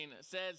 says